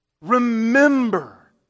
Remember